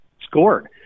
scored